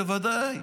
בוודאי.